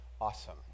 awesome